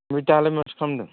ओमफ्राय दालाय माथो खालामदों